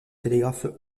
télégraphe